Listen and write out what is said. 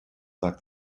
lack